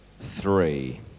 three